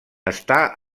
està